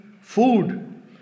food